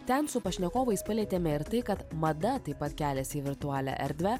ten su pašnekovais palietėme ir tai kad mada taip pat keliasi į virtualią erdvę